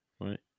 right